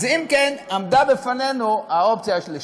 אז אם כן, עמדה בפנינו האופציה השלישית.